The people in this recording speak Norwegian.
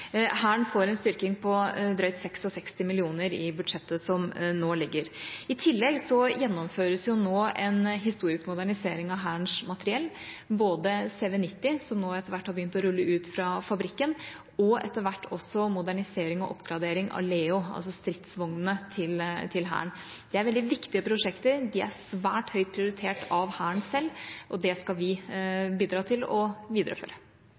Hæren får en styrking på drøyt 66 mill. kr i budsjettet som nå foreligger. I tillegg gjennomføres nå en historisk modernisering av Hærens materiell - både CV90, som nå etter hvert har begynt å rulle ut fra fabrikken, og etter hvert også modernisering og oppgradering av Leo, altså stridsvognene til Hæren. Det er veldig viktige prosjekter, de er svært høyt prioritert av Hæren selv, og det skal vi bidra til å videreføre.